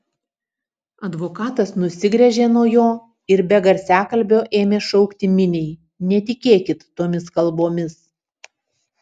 advokatas nusigręžė nuo jo ir be garsiakalbio ėmė šaukti miniai netikėkit tomis kalbomis